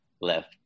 left